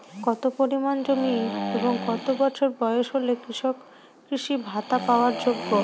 কত পরিমাণ জমি এবং কত বছর বয়স হলে কৃষক কৃষি ভাতা পাওয়ার যোগ্য?